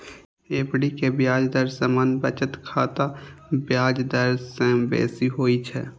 FD के ब्याज दर सामान्य बचत खाताक ब्याज दर सं बेसी होइ छै